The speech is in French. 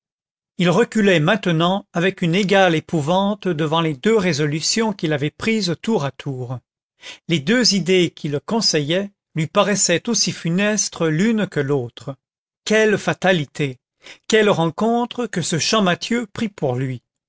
il reculait maintenant avec une égale épouvante devant les deux résolutions qu'il avait prises tour à tour les deux idées qui le conseillaient lui paraissaient aussi funestes l'une que l'autre quelle fatalité quelle rencontre que ce champmathieu pris pour lui